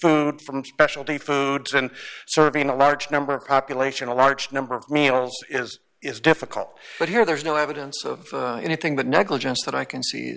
food from specialty foods and sort of being a large number of population a large number of males is is difficult but here there's no evidence of anything but negligence that i can see